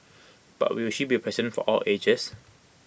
but will she be A president for all ages